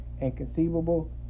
Inconceivable